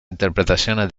interpretaciones